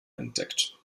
entdeckt